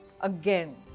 again